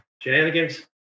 Shenanigans